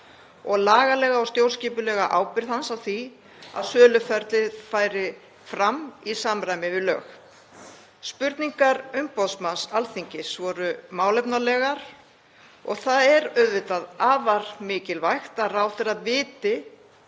og lagalega og stjórnskipulega ábyrgð hans á því að söluferlið færi fram í samræmi við lög. Spurningar umboðsmanns Alþingis voru málefnalegar og það er auðvitað afar mikilvægt að ráðherra viti